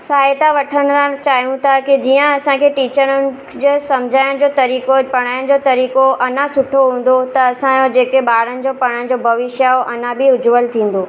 सहायता वठणु चाहियूं था की जीअं असांखे टीचरुनि जे सम्झाइण जो तरीको पढ़ाइण जो तरीको अञा सुठो हूंदो त असां जेके ॿारनि जो पढ़ण जो भविष्य अञा बि उजवल थींदो